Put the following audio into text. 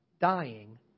dying